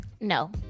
No